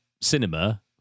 cinema